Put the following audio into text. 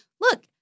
look